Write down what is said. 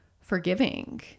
forgiving